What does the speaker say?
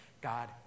God